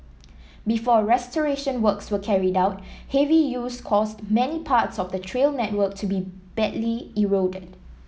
before restoration works were carried out heavy use caused many parts of the trail network to be badly eroded